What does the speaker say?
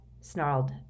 snarled